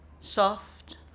soft